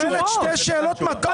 את שואלת שתי שאלות מטעות,